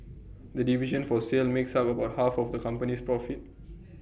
the division for sale makes up about half of the company's profit